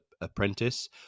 apprentice